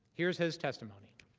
here is his testimony.